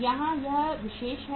यहाँ यह विशेष है